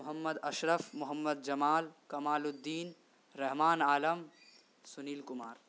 Muhammad Ashraf Mohammad Jamal Kamaluddin Rahman Alam Sunil Kumar